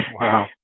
Wow